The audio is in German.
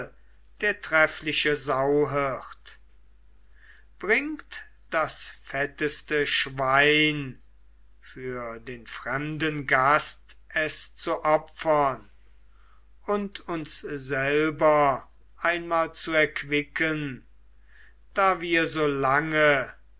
der treffliche sauhirt bringt das fetteste schwein für den fremden gast es zu opfern und uns selber einmal zu erquicken da wir so lange